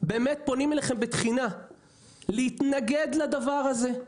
אנחנו פונים אליכם בתחינה להתנגד לדבר הזה.